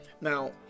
Now